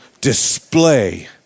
display